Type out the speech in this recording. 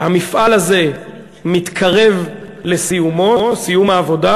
המפעל הזה מתקרב לסיומו, סיום העבודה.